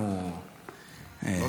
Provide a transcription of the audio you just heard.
אנחנו פחות.